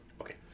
Okay